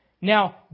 Now